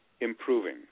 improving